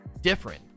different